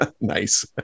Nice